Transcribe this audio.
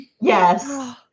yes